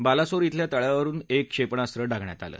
बालासोर इथल्या तळावरून एक क्षेपणास्त्र डागण्यात आलं